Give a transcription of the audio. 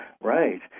Right